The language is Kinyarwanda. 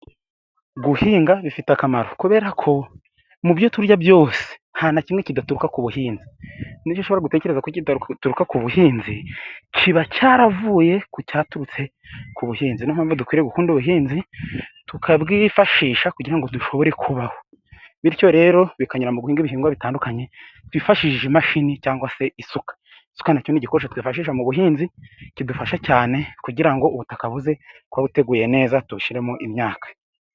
Guhinga bifite akamaro kubera ko mu byo turya byose nta na kimwe kidaturuka ku buhinzi, n'ibyo ushobora gutekereza ko kidaturuka ku buhinzi, kiba cyaravuye ku cyaturutse ku buhinzi, ni yo mpamvu dukwiriye gukunda ubuhinzi tukabwifashisha kugira ngo dushobore kubaho; bityo rero bikanyura mu guhinga ibihingwa bitandukanye twifashishije imashini cyangwa se isuka. Isuka na cyo ni igikoresho twifashisha mu buhinzi, kidufasha cyane kugira ngo ubutaka buze kuba buteguye neza tubushyiremo imyaka.